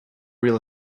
real